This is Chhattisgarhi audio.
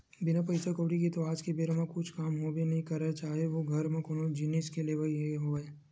बिन पइसा कउड़ी के तो आज के बेरा म कुछु काम होबे नइ करय चाहे ओ घर म कोनो जिनिस के लेवई के होवय